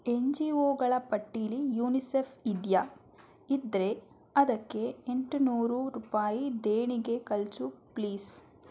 N ಜಿ ಒಗಳ ಪಟ್ಟಿಲಿ ಯುನಿಸೆಫ್ ಇದೆಯಾ ಇದ್ದರೆ ಅದಕ್ಕೆ ಎಂಟು ನೂರು ರೂಪಾಯಿ ದೇಣಿಗೆ ಕಳಿಸಿ ಪ್ಲೀಸ್